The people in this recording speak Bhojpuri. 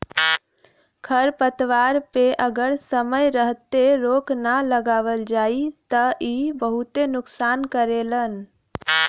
खरपतवार पे अगर समय रहते रोक ना लगावल जाई त इ बहुते नुकसान करेलन